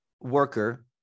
worker